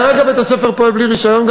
כרגע בית-הספר פועל בלי רישיון,